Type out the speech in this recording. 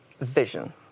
vision